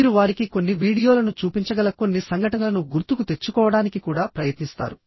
మీరు వారికి కొన్ని వీడియోలను చూపించగల కొన్ని సంఘటనలను గుర్తుకు తెచ్చుకోవడానికి కూడా ప్రయత్నిస్తారు